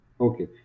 Okay